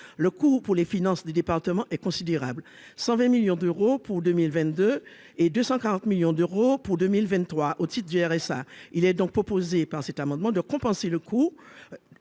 le coût pour les finances des départements est considérable : 120 millions d'euros pour 2000 22 et 240 millions d'euros pour 2000 23 au titre du RSA, il est donc proposé par cet amendement de compenser le coût,